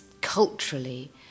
culturally